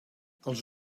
els